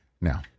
Now